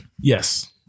Yes